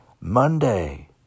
Monday